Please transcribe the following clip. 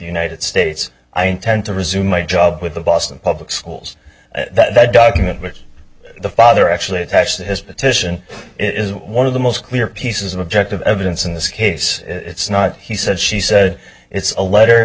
states i intend to resume my job with the boston public schools that document which the father actually attached to his petition is one of the most clear pieces of objective evidence in this case it's not he said she said it's a letter